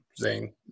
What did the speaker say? Zane